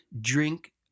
Drink